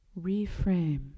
reframe